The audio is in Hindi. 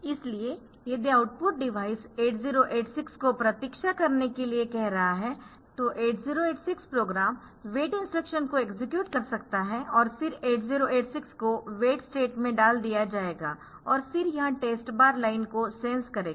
इसलिए यदि आउटपुट डिवाइस 8086 को प्रतीक्षा करने के लिए कह रहा है तो 8086 प्रोग्राम वेट इंस्ट्रक्शन को एक्सेक्यूट कर सकता है और फिर 8086 को वेट स्टेट में डाल दिया जाएगा और फिर यह टेस्ट बार लाइन को सेंस करेगा